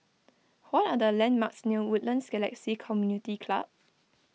what are the landmarks near Woodlands Galaxy Community Club